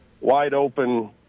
wide-open